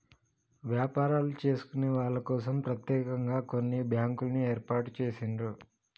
వ్యాపారాలు చేసుకునే వాళ్ళ కోసం ప్రత్యేకంగా కొన్ని బ్యాంకుల్ని ఏర్పాటు చేసిండ్రు